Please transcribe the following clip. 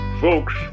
Folks